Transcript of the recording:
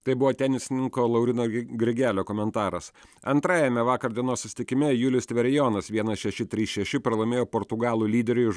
tai buvo tenisininko lauryno grigelio komentaras antrajame vakar dienos susitikime julius tverijonas vienas šeši trys šeši pralaimėjo portugalų lyderiui